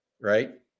right